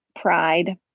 pride